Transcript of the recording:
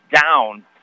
down